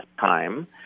time